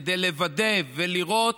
כדי לוודא ולראות